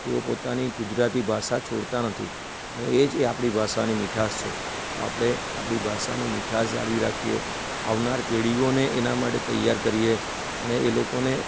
તેઓ પોતાની ગુજરાતી ભાષા છોડતા નથી અને એ જ એ આપણી ભાષાની મીઠાશ છે તો આપણે આપણી ભાષાની મીઠાશ જાળવી રાખીએ આવનાર પેઢીઓને એના માટે તૈયાર કરીએ અને એ લોકોને